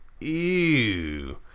ew